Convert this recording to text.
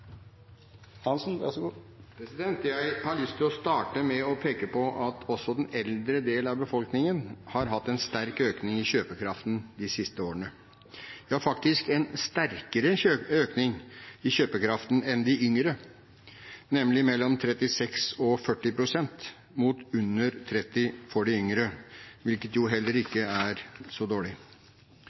Jeg har lyst til å starte med å peke på at også den eldre delen av befolkningen har hatt en sterk økning i kjøpekraften de siste årene, ja faktisk en sterkere økning i kjøpekraften enn de yngre, nemlig mellom 36 pst. og 40 pst. – mot under 30 pst. for de yngre, hvilket heller ikke er så dårlig.